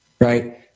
right